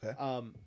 Okay